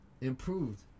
improved